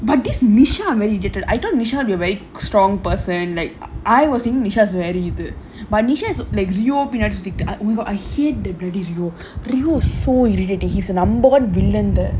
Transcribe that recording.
but this nisha maybe you didn't I don't know whether nisha have a strong person like I was saying nisha is very strong but nisha is like rio பின்னாடி சுத்திகிட்டு:pinnaadi suththikittu I hate bloody rio rio so irritating he is numbered villain there